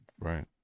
right